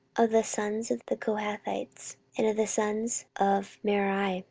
of the sons of the kohathites and of the sons of merari,